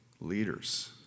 Leaders